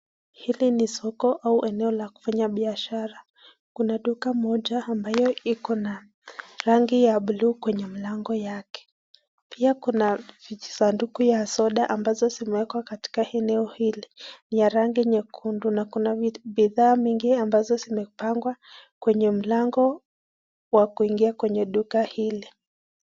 Hili ni soko au eneo la kufanya biashara kuna duka moja ambayo iko na rangi ya buluu kwenye mlango yake ,pia kuna vijisanduku ya soda ambazo zimewekwa katika eneo hili ni ya rangi nyekundu na kuna bidhaa mingi ambazo zimepangwa kwenye mlango wa kuingia kwenye duka hili.